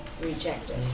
Rejected